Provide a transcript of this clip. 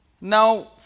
Now